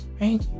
right